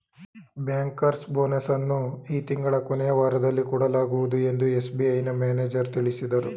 bankers bonus ಅನ್ನು ಈ ತಿಂಗಳ ಕೊನೆಯ ವಾರದಲ್ಲಿ ಕೊಡಲಾಗುವುದು ಎಂದು ಎಸ್.ಬಿ.ಐನ ಮ್ಯಾನೇಜರ್ ತಿಳಿಸಿದರು